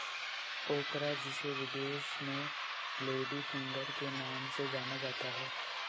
ओकरा जिसे विदेश में लेडी फिंगर के नाम से जाना जाता है